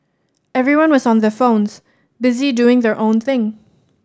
everyone was on their phones busy doing their own thing